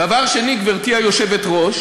דבר שני, גברתי היושבת-ראש,